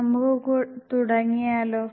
നമുക്ക് തുടങ്ങിയാലോ